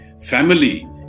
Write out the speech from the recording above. family